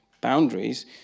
Boundaries